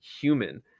human